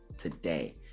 today